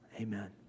Amen